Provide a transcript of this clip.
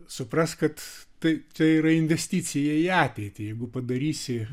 supras kad tai tai yra investicija į ateitį jeigu padarysi